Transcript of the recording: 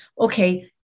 Okay